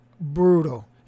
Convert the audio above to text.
brutal